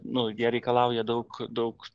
nu jie reikalauja daug daug